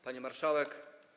Pani Marszałek!